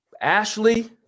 Ashley